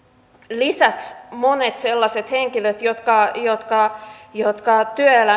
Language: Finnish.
lisäksi monet sellaiset henkilöt jotka jotka